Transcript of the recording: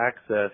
access